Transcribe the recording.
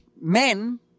men